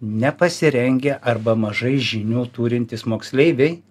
nepasirengę arba mažai žinių turintys moksleiviai